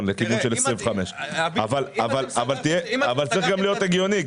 ללכת לכיוון של 25. צריך גם להיות הגיוני,